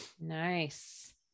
nice